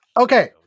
Okay